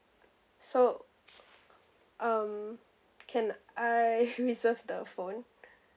so um can I reserve the phone